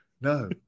No